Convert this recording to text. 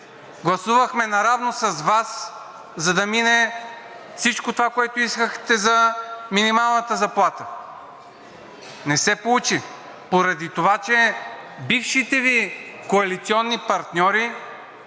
гласувахме наравно с Вас, за да мине всичко това, което искахте за минималната заплата. Не се получи, поради това че бившите Ви коалиционни партньори